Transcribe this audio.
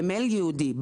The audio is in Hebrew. במייל ייעודי,